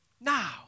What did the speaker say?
now